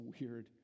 weird